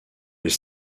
les